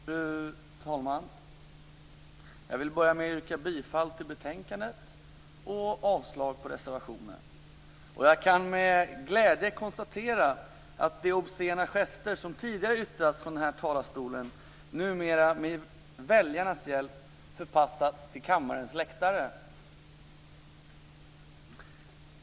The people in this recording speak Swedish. Fru talman! Jag vill börja med att yrka bifall till utskottets hemställan och avslag på reservationen. Jag kan med glädje konstatera att de obscena gesterna tidigare från denna talarstol med väljarnas hjälp numera förpassats till kammarens läktare.